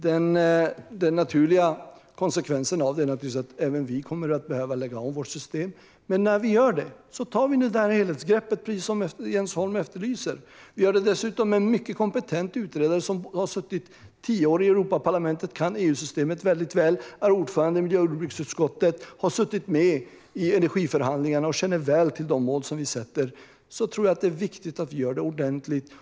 Den naturliga konsekvensen blir naturligtvis att även vi kommer att behöva lägga om vårt system. När vi gör det ska vi ta det helhetsgrepp som Jens Holm efterlyser. Vi har en mycket kompetent utredare som har suttit tio år i Europaparlamentet, kan EU-systemet väl, är ordförande i miljö och jordbruksutskottet, har suttit med i energiförhandlingarna och väl känner till de mål som vi sätter upp. Det är viktigt att vi gör detta ordentligt.